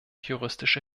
juristische